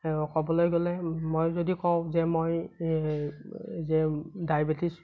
ক'বলৈ গ'লে মই যদি কওঁ যে মই যে ডায়েবেটিছ